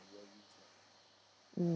mm